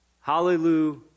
Hallelujah